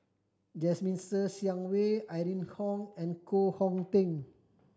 Jasmine Ser Xiang Wei Irene Khong and Koh Hong Teng